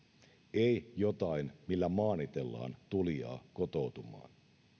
ei jotain millä maanitellaan tulijaa kotoutumaan